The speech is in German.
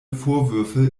vorwürfe